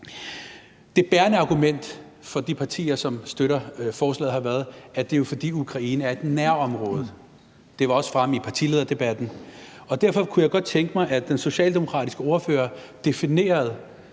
Det bærende argument for de partier, som støtter forslaget, har været, at det jo er, fordi Ukraine er et nærområde. Det var også fremme i partilederdebatten. Derfor kunne jeg godt tænke mig, at den socialdemokratiske ordfører definerede